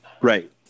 right